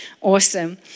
Awesome